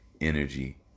energy